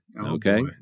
Okay